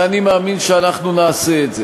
ואני מאמין שאנחנו נעשה את זה.